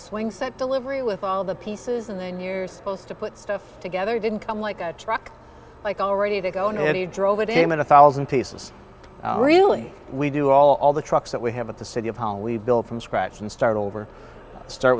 swing set delivery with all the pieces and then years to put stuff together didn't come like a truck like already to go and he drove it in a minute thousand pieces really we do all the trucks that we have at the city of how we built from scratch and start over start